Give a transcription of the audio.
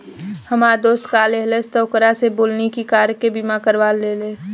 हामार दोस्त कार लेहलस त ओकरा से बोलनी की कार के बीमा करवा ले